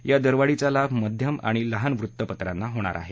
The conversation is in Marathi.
या दरवाढीचा लाभ मध्यम आणि लहान वृत्तपत्रांना होणार आहे